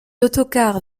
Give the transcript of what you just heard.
autocars